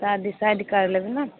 तऽ डिसाइड कर लेबै ने